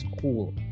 cool